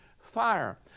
fire